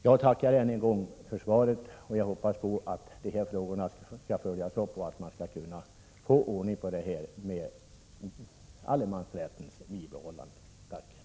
Jag tackar än en gång för svaret, och jag hoppas att frågorna skall följas upp och att vi skall få ordning på detta så att allemansrätten tillvaratas på rätt sätt.